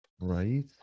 Right